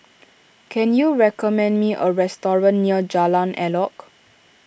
can you recommend me a restaurant near Jalan Elok